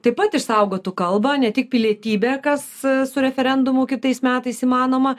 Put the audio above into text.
taip pat išsaugotų kalbą ne tik pilietybę kas su referendumu kitais metais įmanoma